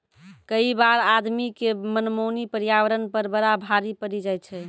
कई बार आदमी के मनमानी पर्यावरण पर बड़ा भारी पड़ी जाय छै